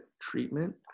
treatment